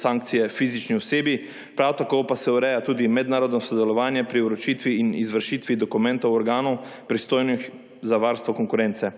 sankcije fizični osebi, prav tako pa se ureja tudi mednarodno sodelovanje pri vročitvi in izvršitvi dokumentov organov, pristojnih za varstvo konkurence.